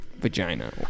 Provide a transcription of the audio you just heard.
vagina